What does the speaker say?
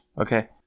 Okay